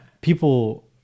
people